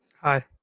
Hi